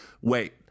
wait